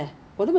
我也是很怕